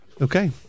okay